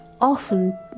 often